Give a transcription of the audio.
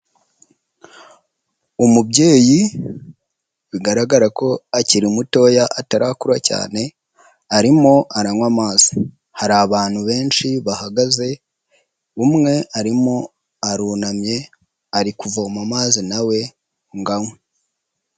Umubyeyi bigaragara ko akiri mutoya atarakura cyane, arimo aranywa amazi, hari abantu benshi bahagaze, umwe arimo arunamye, ari kuvoma amazi nawe ngo anywe.